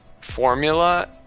formula